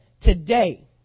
today